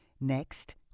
next